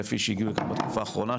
אלף איש שהגיעו לכאן בתקופה האחרונה,